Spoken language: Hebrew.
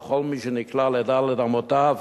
וכל מי שנקלע לד' אמותיו